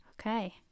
Okay